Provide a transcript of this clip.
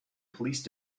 police